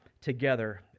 together